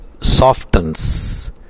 softens